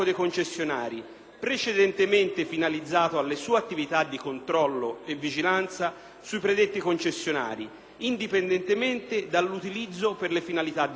precedentemente finalizzato alle attivita di controllo e vigilanza sui predetti concessionari, indipendentemente dall’utilizzo per le finalita` di scopo.